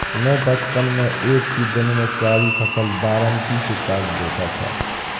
मैं बचपन में एक ही दिन में सारी फसल दरांती से काट देता था